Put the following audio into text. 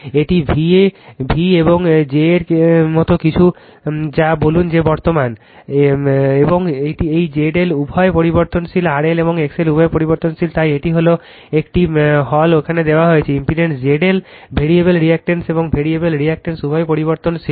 এটি v এবং j এর মত কিছু যা বলুন যে বর্তমান I এবং এই ZL উভয়ই পরিবর্তনশীল RL এবং XL উভয়ই পরিবর্তনশীল তাই এটি হল এটি হল এখানে দেওয়া হল ইম্পিডেন্স ZL হল ভেরিয়েবেল রেজিটেন্স ও ভেরিয়েবেল রিঅ্যাকটেন্স উভয়ই পরিবর্তনশীল